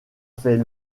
fait